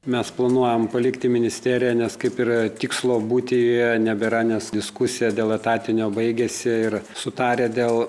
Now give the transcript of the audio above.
mes planuojam palikti ministeriją nes kaip ir tikslo būti joje nebėra nes diskusija dėl etatinio baigėsi ir sutarę dėl